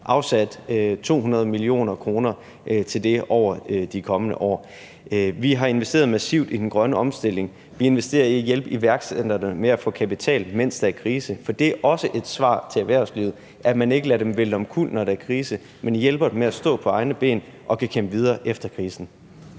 afsætte 200 mio. kr. til det over de kommende år. Vi har investeret massivt i den grønne omstilling. Vi investerer i at hjælpe iværksætterne med at få kapital, mens der er krise, for det er også et svar til erhvervslivet, at man ikke lader dem vælte omkuld, når der er krise, men hjælper dem med at stå på egne ben og kunne kæmpe videre efter krisen.